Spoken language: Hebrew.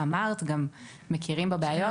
גם מכירים בבעיות.